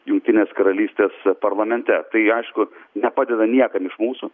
jungtinės karalystės parlamente tai aišku nepadeda niekam iš mūsų